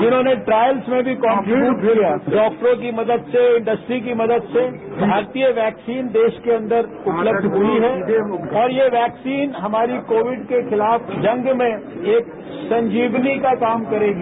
जिन्होंने ट्रायल्स में भी कॉन्ट्रिब्यूट किया डॉक्टरॉ की मदद से इंडस्ट्री की मदद से भारतीय वैक्सीन देश के अंदर उपलब्ध हुई है और ये वैक्सीन हमारी कोविड के खिलाफ जंग में एक संजीवनी का काम करेगी